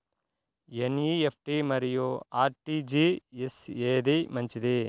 NEFT మరియు RTGS ఏది మంచిది?